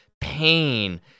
pain